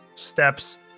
steps